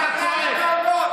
אל תרמה אותנו.